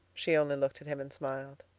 she only looked at him and smiled.